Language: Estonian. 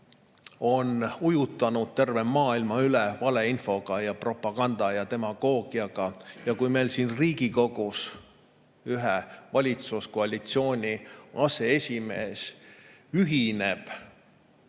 on ujutanud terve maailma üle valeinfo, propaganda ja demagoogiaga, ja kui meil siin Riigikogus ühe valitsuskoalitsiooni [kuuluva erakonna]